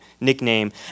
nickname